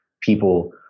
people